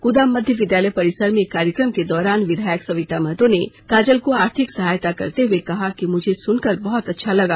कुदा मध्य विद्यालय परिसर में एक कार्यक्रम के दौरान विधायक सविता महतो ने काजल को आर्थिक सहायता करते हुए कहा कि मुझे सुनकर बहुत अच्छा लगा